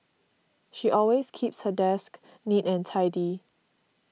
she always keeps her desk neat and tidy